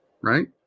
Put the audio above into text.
right